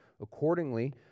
Accordingly